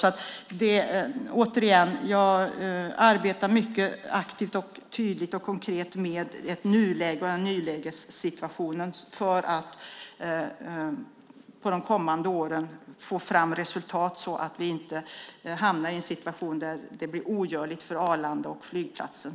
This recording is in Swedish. Jag arbetar således mycket aktivt, tydligt och konkret med nulägessituationen för att under de kommande åren få fram resultat så att vi inte hamnar i en situation som blir ogörlig för Arlanda och flygplatsen.